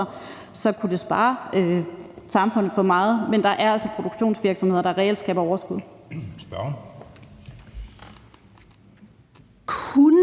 kunne det spare samfundet for meget. Men der er altså produktionsvirksomheder, der reelt skaber overskud.